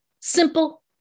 simple